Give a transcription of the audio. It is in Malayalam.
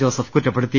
ജോസഫ് കുറ്റപ്പെടുത്തി